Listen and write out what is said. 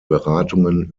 beratungen